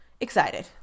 excited